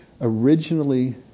originally